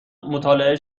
مطالعه